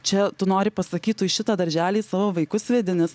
čia tu nori pasakyt tu į šitą darželį savo vaikus vedi nes